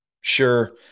Sure